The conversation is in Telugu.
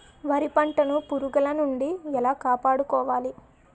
వరి పంటను పురుగుల నుండి ఎలా కాపాడుకోవాలి?